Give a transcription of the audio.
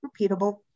repeatable